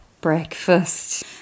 breakfast